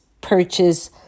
purchase